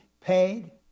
paid